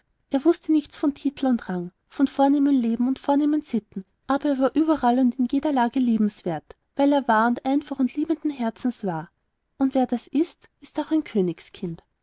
er wußte nichts von titel und rang von vornehmem leben und vornehmen sitten aber er war überall und in jeder lage liebenswert weil er wahr und einfach und liebenden herzens war und wer das ist ist auch ein königskind